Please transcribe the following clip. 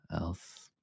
else